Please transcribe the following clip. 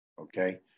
okay